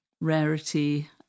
rarity